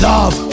Love